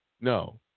No